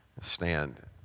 Stand